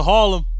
Harlem